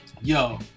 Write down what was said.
Yo